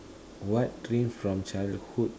what dream from childhood